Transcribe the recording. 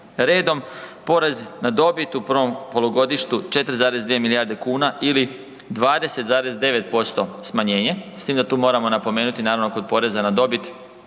Redom, porez na dobit u prvom polugodištu 4,2 milijarde kuna ili 20,9% smanjenje s tim da tu moramo napomenuti kod poreza na dobit